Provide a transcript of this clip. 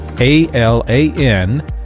A-L-A-N